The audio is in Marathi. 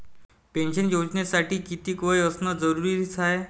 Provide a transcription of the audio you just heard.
पेन्शन योजनेसाठी कितीक वय असनं जरुरीच हाय?